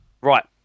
right